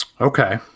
Okay